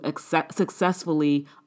successfully